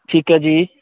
ਠੀਕ ਹੈ ਜੀ